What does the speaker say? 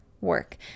work